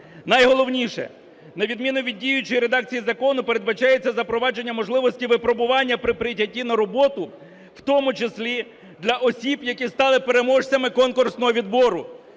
Найголовніше. На відмінку від діючої редакції закону передбачається запровадження можливості випробування при прийнятті на роботу, в тому числі для осіб, які стали переможцями конкурсного відбору.